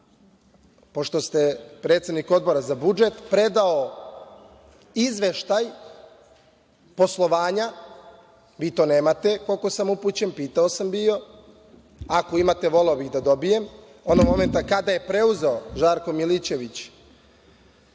pošto ste predsednik Odbora za budžet predao izveštaj poslovanja, vi to nemate, koliko sam upućen, pitao sam bio, ako imate voleo bih da dobijem, onog momenta kada je preuzeo Žarko Milićević.